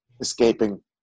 escaping